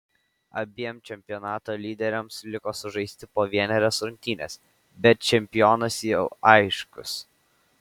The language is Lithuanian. abiem čempionato lyderiams liko sužaisti po vienerias rungtynes bet čempionas jau aiškus